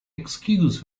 excuse